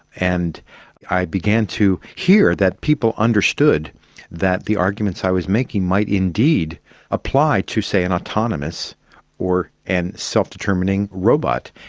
and i began to hear that people understood that the arguments i was making might indeed apply to, say, an autonomous or a and self-determining robot.